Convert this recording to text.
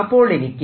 അപ്പോൾ എനിക്ക്